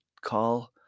call